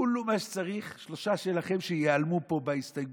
כולו מה שצריך זה שלושה שלכם שייעלמו פה בהסתייגות,